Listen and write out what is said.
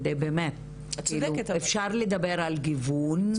אפשר לדבר על גיוון,